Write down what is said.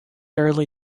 early